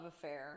affair